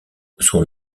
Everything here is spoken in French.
son